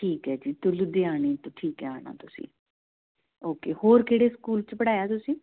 ਠੀਕ ਹੈ ਜੀ ਲੁਧਿਆਣੇ ਤੋਂ ਠੀਕ ਹੈ ਆਉਣਾ ਤੁਸੀਂ ਓਕੇ ਹੋਰ ਕਿਹੜੇ ਸਕੂਲ 'ਚ ਪੜ੍ਹਾਇਆ ਤੁਸੀਂ